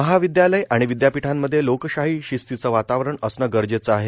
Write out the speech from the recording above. महाविद्यालय आणि विद्यापीठांमध्ये लोकशाही शिस्तीचे वातावरण असणे गरजेचे आहे